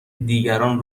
دیگران